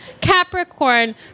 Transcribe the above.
Capricorn